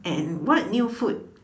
and what new food